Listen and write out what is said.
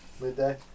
Midday